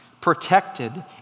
protected